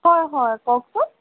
হয় হয় কওকচোন